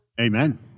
Amen